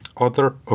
author